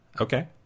Okay